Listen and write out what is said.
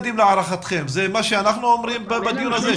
זה מה שאנחנו אומרים בדיון הזה?